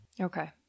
Okay